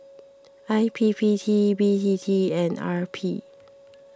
I P P T B T T and R P